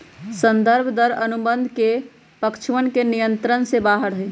संदर्भ दर अनुबंध के पक्षवन के नियंत्रण से बाहर हई